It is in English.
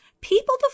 people